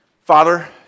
Father